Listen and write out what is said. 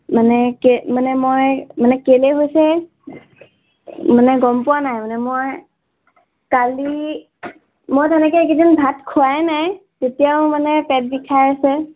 মানে কে মানে মই মানে কেলৈ হৈছে মানে গম পোৱা নাই মানে মই কালি মই তেনেকৈ এইকেইদিন ভাত খুৱাই নাই তেতিয়াও মানে পেট বিষাই আছে